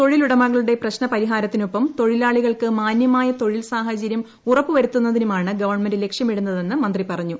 തൊഴിലുടമകളുടെ പ്രശ്ന പരിഹാരത്തിനൊപ്പം തൊഴിലാളികൾക്ക് മാനൃമായ തൊഴിൽ സാഹചര്യം ഉറുപ്പുപ്പുത്തുന്നതിനുമാണ് ഗവൺമെന്റ് ലക്ഷ്യമിടുന്നതെന്ന് മന്ത്രി പറഞ്ഞു